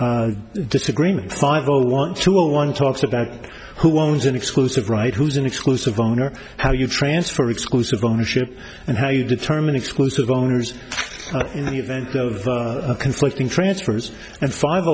my disagreement five zero want to own one talks about who owns an exclusive right who's an exclusive owner how you transfer exclusive ownership and how you determine exclusive owners in the event of a conflict in transfers and five